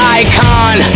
icon